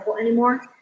anymore